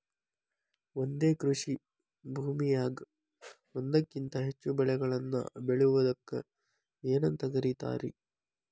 ಒಂದೇ ಕೃಷಿ ಭೂಮಿಯಾಗ ಒಂದಕ್ಕಿಂತ ಹೆಚ್ಚು ಬೆಳೆಗಳನ್ನ ಬೆಳೆಯುವುದಕ್ಕ ಏನಂತ ಕರಿತಾರಿ?